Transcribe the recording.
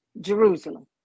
Jerusalem